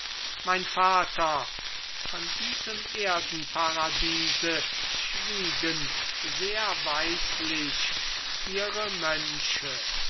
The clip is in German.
mein vater von diesem erdenparadiese schwiegen sehr weislich ihre mönche